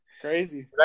Crazy